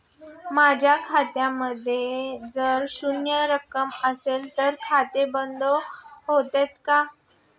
माझ्या खात्यामध्ये जर शून्य रक्कम असेल तर खाते बंद होते का?